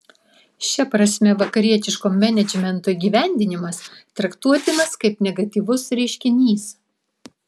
šia prasme vakarietiško menedžmento įgyvendinimas traktuotinas kaip negatyvus reiškinys